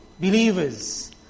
believers